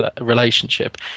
relationship